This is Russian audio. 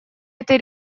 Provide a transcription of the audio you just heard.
этой